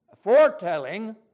foretelling